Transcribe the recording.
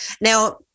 Now